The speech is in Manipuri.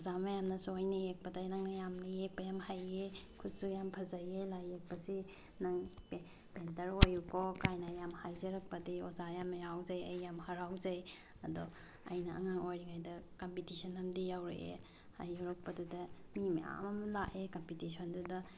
ꯑꯣꯖꯥ ꯃꯌꯥꯝꯅꯁꯨ ꯑꯩꯅ ꯌꯦꯛꯄꯗ ꯅꯪꯅ ꯌꯥꯝꯅ ꯌꯦꯛꯄ ꯌꯥꯝ ꯍꯩꯌꯦ ꯈꯨꯠꯁꯨ ꯌꯥꯝ ꯐꯖꯩꯌꯦ ꯂꯥꯏ ꯌꯦꯛꯄꯁꯦ ꯅꯪ ꯄꯦꯟꯇꯔ ꯑꯣꯏꯌꯨꯀꯣ ꯀꯥꯏꯅ ꯌꯥꯝ ꯍꯥꯏꯖꯔꯛꯄꯗꯤ ꯑꯣꯖꯥ ꯌꯥꯝ ꯌꯥꯎꯖꯩ ꯑꯩ ꯌꯥꯝ ꯍꯔꯥꯎꯖꯩ ꯑꯗꯣ ꯑꯩꯅ ꯑꯉꯥꯡ ꯑꯣꯏꯔꯤꯉꯩꯗ ꯀꯝꯄꯤꯇꯤꯁꯟ ꯑꯃꯗꯤ ꯌꯥꯎꯔꯛꯑꯦ ꯑꯩ ꯌꯥꯎꯔꯛꯄꯗꯨꯗ ꯃꯤ ꯃꯌꯥꯝ ꯑꯃ ꯂꯥꯛꯑꯦ ꯀꯝꯄꯤꯇꯤꯁꯟꯗꯨꯗ